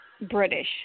British